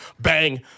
Bang